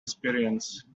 experience